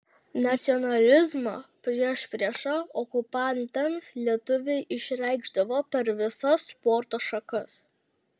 nacionalizmą priešpriešą okupantams lietuviai išreikšdavo per visas sporto šakas